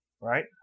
right